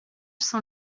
sans